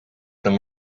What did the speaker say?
them